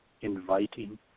inviting